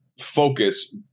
focus